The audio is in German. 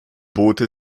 boote